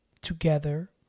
together